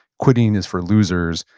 quitting is for losers.